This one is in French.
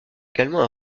également